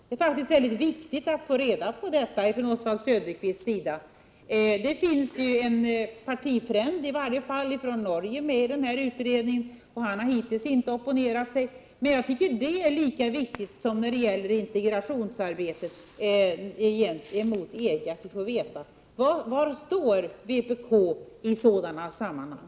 Det är faktiskt väldigt viktigt att få reda på detta av Oswald Söderqvist. Det finns i varje fall en partifrände till honom från Norge i den här utredningen, och han har hittills inte opponerat sig. Jag tycker att det är lika viktigt som när det gäller integrationsarbetet i förhållande till EG att vi får veta var vpk står i sådana sammanhang.